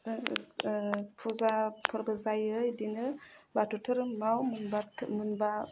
जों ओह फुजा फोरबो जायो इदिनो बाथौ धोरोमाव मोनबा मोनबा